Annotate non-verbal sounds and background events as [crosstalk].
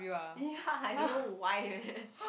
ya I don't know why [laughs]